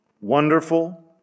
wonderful